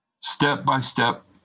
step-by-step